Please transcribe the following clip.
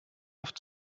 oft